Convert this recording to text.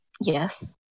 yes